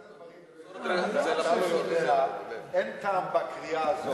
אחד הדברים, אתה לא יודע, אין טעם בקריאה הזאת.